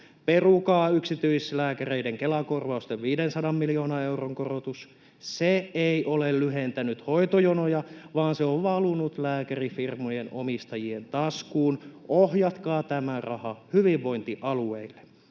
Perukaa yksityislääkäreiden Kela-korvausten 500 miljoonan euron korotus. Se ei ole lyhentänyt hoitojonoja, vaan se on valunut lääkärifirmojen omistajien taskuun. Ohjatkaa tämä raha hyvinvointialueille.